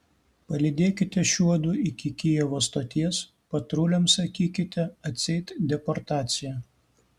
palydėkite šiuodu iki kijevo stoties patruliams sakykite atseit deportacija